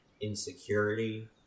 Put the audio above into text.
insecurity